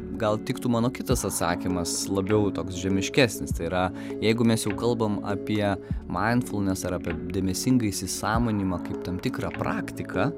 gal tiktų mano kitas atsakymas labiau toks žemiškesnis tai yra jeigu mes jau kalbam apie maindfulnes ar apie dėmesingą įsisąmoninimą kaip tam tikrą praktiką